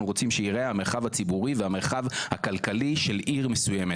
רוצים שייראה המרחב הציבורי והמרחב הכלכלי של עיר מסוימת.